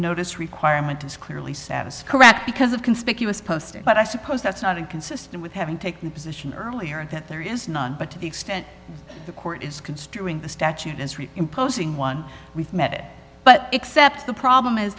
notice requirement is clearly says correct because of conspicuous posting but i suppose that's not inconsistent with having taken a position earlier that there is none but to the extent the court is considering the statute as imposing one we've met but except the problem is